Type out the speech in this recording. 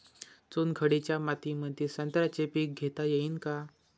चुनखडीच्या मातीमंदी संत्र्याचे पीक घेता येईन का?